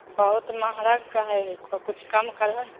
बहुत महगा कहै हिको किछु कम करहो ने